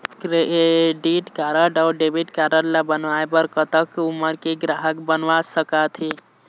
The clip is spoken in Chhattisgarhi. क्रेडिट कारड अऊ डेबिट कारड ला बनवाए बर कतक उमर के ग्राहक बनवा सका थे?